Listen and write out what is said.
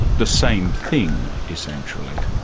the same thing essentially?